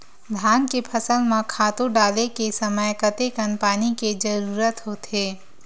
धान के फसल म खातु डाले के समय कतेकन पानी के जरूरत होथे?